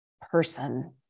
person